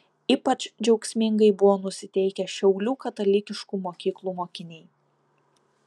ypač džiaugsmingai buvo nusiteikę šiaulių katalikiškų mokyklų mokiniai